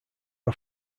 are